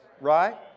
right